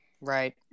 Right